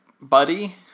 buddy